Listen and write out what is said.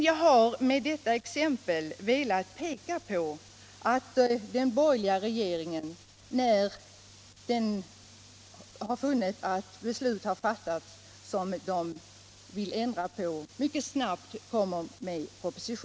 Jag vill med detta exempel peka på att den borgerliga regeringen, när den funnit att beslut har fattats som de vill ändra på, kommer med propositioner mycket snabbt.